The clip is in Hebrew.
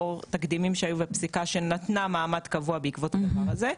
לאור תקדימים שהיו ופסיקה שנתנה מעמד קבוע בעקבות הדבר הזה,